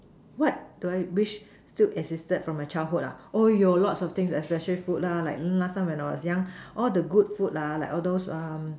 what do I wish still existed from my childhood oh lots of things especially food l ah like you know last time when I was young all the good food lah like all those